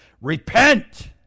repent